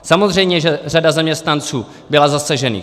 Samozřejmě že řada zaměstnanců byla zasažených.